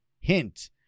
Hint